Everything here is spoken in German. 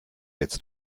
jetzt